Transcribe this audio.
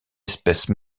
espèce